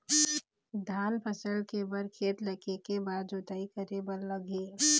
धान फसल के बर खेत ला के के बार जोताई करे बर लगही?